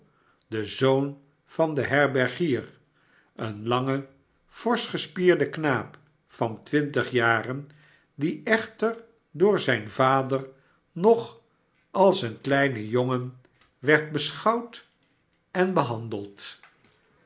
den zoon van den herbergier een lange forsch gespierde knaap van twintig jaren die echter door zijn vader nog als een kleinen jongen werd beschouwd en behandeld